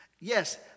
Yes